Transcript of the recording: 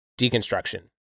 deconstruction